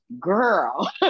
girl